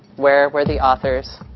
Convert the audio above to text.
where were the authors,